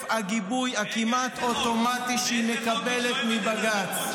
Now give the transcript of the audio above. הגיבוי הכמעט אוטומטי שהיא מקבלת מבג"ץ.